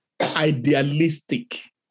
idealistic